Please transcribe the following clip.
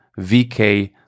VK